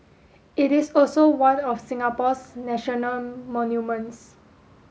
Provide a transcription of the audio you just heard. it is also one of Singapore's national monuments